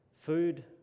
Food